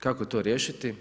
Kako to riješiti?